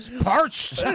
Parched